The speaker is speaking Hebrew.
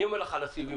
אני אומר לך על הסיבים,